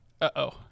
Uh-oh